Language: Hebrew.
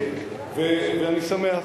כן, ואני שמח.